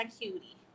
cutie